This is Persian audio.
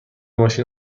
ماشین